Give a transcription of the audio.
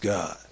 God